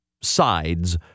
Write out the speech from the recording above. sides